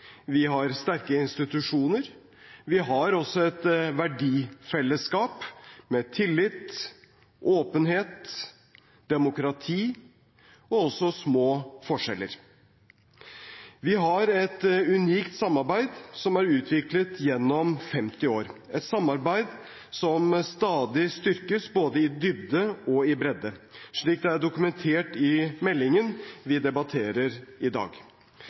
Vi har sterke institusjoner. Vi har også et verdifellesskap med tillit, åpenhet og demokrati og også små forskjeller. Vi har et unikt samarbeid som er utviklet gjennom 50 år, et samarbeid som stadig styrkes både i dybde og i bredde, slik det er dokumentert i meldingen vi debatterer i dag.